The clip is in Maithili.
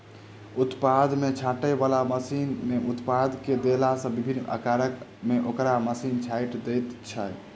उत्पाद के छाँटय बला मशीन मे उत्पाद के देला सॅ विभिन्न आकार मे ओकरा मशीन छाँटि दैत छै